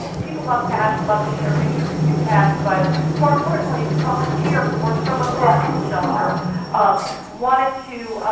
people love cats, love to share pictures of cute cats, but more importantly, this volunteer who worked for a local animal shelter wanted to,